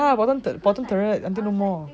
ya bottom third bottom turret and nothing more